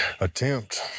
attempt